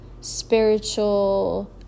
spiritual